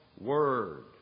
word